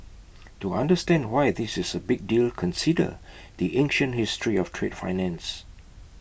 to understand why this is A big deal consider the ancient history of trade finance